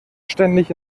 ständig